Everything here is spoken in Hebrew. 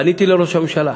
פניתי לראש הממשלה